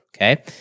okay